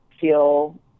feel